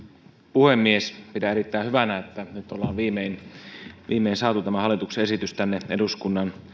puhemies pidän viimein saatu tämä hallituksen esitys eduskunnan